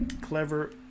Clever